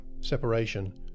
separation